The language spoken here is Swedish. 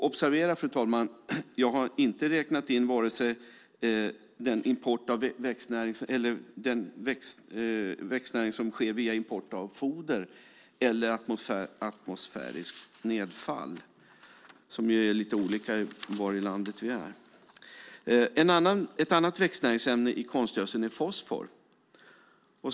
Observera, fru talman, att jag inte har räknat in vare sig den växtnäring som sker via import av foder eller atmosfäriskt nedfall som ju är lite olika beroende på var i landet vi är. Ett annat växtnäringsämne i konstgödseln är fosfor.